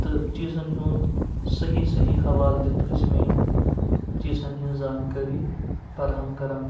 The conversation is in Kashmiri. تہٕ چیٖزَن ہُنٛد صحیٖح صحیٖح حوالہٕ دِتھ ٲسۍ مےٚ یِم چیٖزَن ہنٛز زانکٲری فراہَم کران